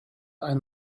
ein